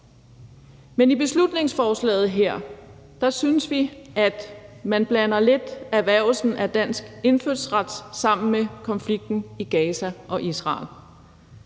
Men i beslutningsforslaget her synes vi at man lidt blander erhvervelsen af dansk indfødsret sammen med konflikten i Gaza og Israel.